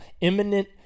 imminent